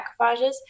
macrophages